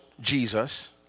Jesus